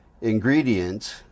ingredients